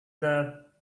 there